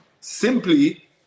Simply